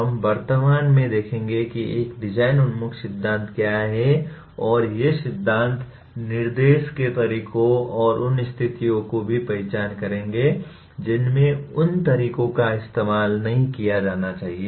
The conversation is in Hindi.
हम वर्तमान में देखेंगे कि एक डिजाइन उन्मुख सिद्धांत क्या है और ये सिद्धांत निर्देश के तरीकों और उन स्थितियों की भी पहचान करेंगे जिनमें उन तरीकों का इस्तेमाल नहीं किया जाना चाहिए